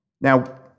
Now